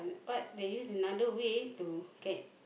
but they use another way to get